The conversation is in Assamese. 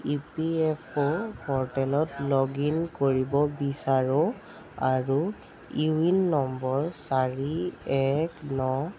ই পি এফ অ' প'ৰ্টেলত লগ ইন কৰিব বিচাৰোঁ আৰু ইউ এ এন নম্বৰ চাৰি এক ন